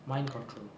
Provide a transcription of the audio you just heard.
mind control